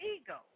ego